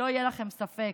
שלא יהיה לכם ספק,